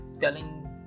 telling